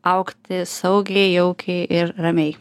augti saugiai jaukiai ir ramiai